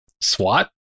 SWAT